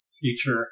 future